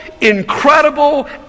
incredible